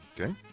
Okay